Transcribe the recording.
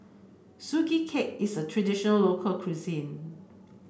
Sugee Cake is a traditional local cuisine